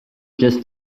just